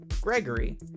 Gregory